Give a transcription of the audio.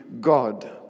God